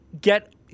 get